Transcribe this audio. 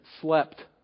slept